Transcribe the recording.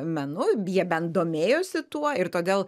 menu jie bent domėjosi tuo ir todėl